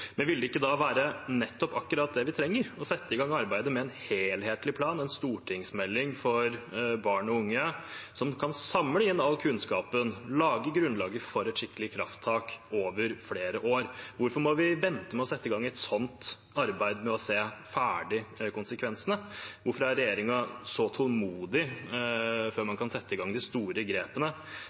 men ville det ikke da være nettopp det vi trenger: å sette i gang arbeidet med en helhetlig plan, en stortingsmelding for barn og unge – som kan samle inn all kunnskapen, lage grunnlaget for et skikkelig krafttak over flere år? Hvorfor må vi vente med å sette i gang et sånt arbeid til vi har sett konsekvensene? Hvorfor er regjeringen så tålmodig før man kan sette i gang de store grepene,